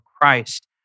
Christ